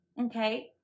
Okay